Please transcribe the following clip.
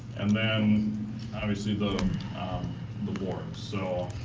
and then obviously the the board. so,